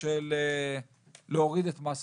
של להוריד את מס הפחמן.